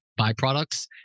byproducts